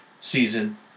season